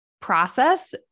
process